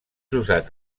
usat